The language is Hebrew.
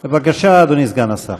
בבקשה, אדוני סגן השר.